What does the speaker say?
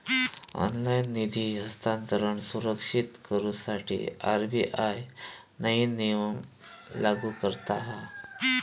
online निधी हस्तांतरण सुरक्षित करुसाठी आर.बी.आय नईन नियम लागू करता हा